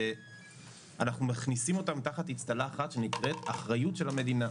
אנחנו מכניסים אותם תחת אצטלה אחת שנקראת אחריות של המדינה.